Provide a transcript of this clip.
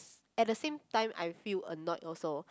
s~ at the same time I feel annoyed also